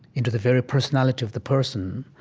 into the very personality of the person,